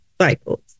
cycles